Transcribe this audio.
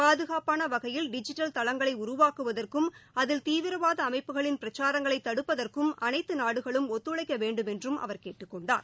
பாதுகாப்பாள வகையில் டிஜிட்டல் தளங்களை உருவாக்குவதற்கும் அதில் தீவிரவாத அமைப்புகளின் பிரச்சாரங்களை தடுப்பதற்கும் அளைத்து நாடுகளும் ஒத்துழைக்க வேண்டுமென்றும் அவர் கேட்டுக்கொண்டார்